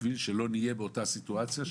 מהר בשביל שלא נהיה באותה הסיטואציה.